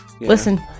Listen